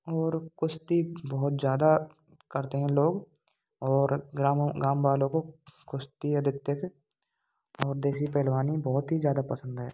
और कुश्ती बहुत ज़्यादा करते हैं लोग और ग्रामों गाँव वालों को कुश्ती अधिकतर और देसी पहलवानी बहुत ही ज़्यादा पसंद है